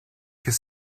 his